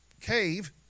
cave